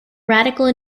radical